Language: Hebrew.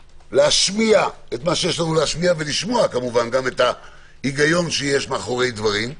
להשמיע את מה שיש לנו להשמיע ולשמוע את ההיגיון מאחורי הדברים,